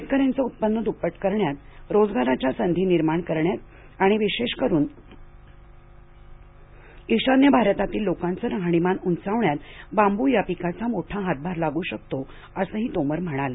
शेतकऱ्यांचं उत्पन्न दुप्पट करण्यात रोजगाराच्या संधी निर्माण करण्यात आणि विशेषकरून ईशान्य भारतातील लोकांचं राहणीमान उंचावण्यात बांबू या पिकाचा मोठा हातभार लागू शकतो असंही तोमर म्हणाले